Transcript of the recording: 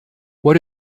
what